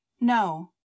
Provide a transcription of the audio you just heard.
No